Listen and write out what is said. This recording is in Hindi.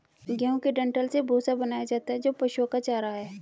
गेहूं के डंठल से भूसा बनाया जाता है जो पशुओं का चारा है